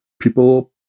people